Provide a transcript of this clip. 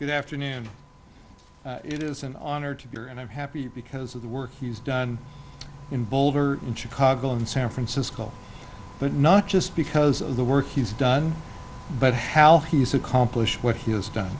good afternoon it is an honor to be here and i'm happy because of the work he's done in boulder in chicago and san francisco but not just because of the work he's done but how he's accomplished what he has done